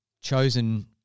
chosen